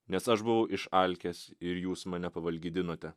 nes aš buvau išalkęs ir jūs mane pavalgydinote